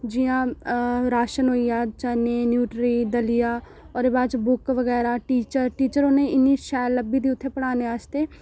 जियां राशन होई गेआ जां न्यूट्री दलिया ओह्दे बाद च बुक बगैरा टीचर टीचर उ'नें ई इन्नी शैल लब्भी दी उ'नें ई पढञाने आस्तै